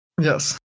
Yes